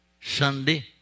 Sunday